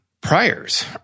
priors